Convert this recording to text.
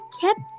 kept